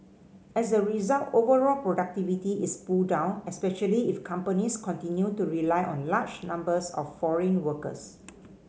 as a result overall productivity is pulled down especially if companies continue to rely on large numbers of foreign workers